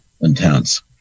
intense